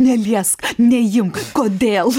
neliesk neimk kodėl